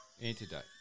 Antidote